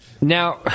Now